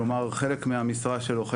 כלומר חלק מהמשרה שלו,